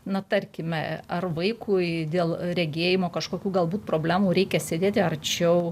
na tarkime ar vaikui dėl regėjimo kažkokių galbūt problemų reikia sėdėti arčiau